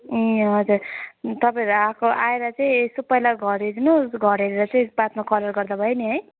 ए हजुर तपाईँहरू आएको आएर चाहिँ यसो पहिला घर हेरिदिनुहोस् घर हेरेर चाहिँ बादमा कलर गर्दा भयो नि है